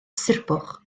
surbwch